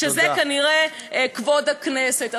שזה כנראה כבוד הכנסת.